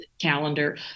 calendar